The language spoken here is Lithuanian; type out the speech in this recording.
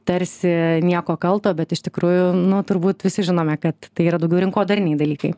tarsi nieko kalto bet iš tikrųjų nu turbūt visi žinome kad tai yra daugiau rinkodariniai dalykai